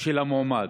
של המועמדים.